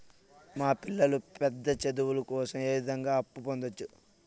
మా పిల్లలు పెద్ద చదువులు కోసం ఏ విధంగా అప్పు పొందొచ్చు?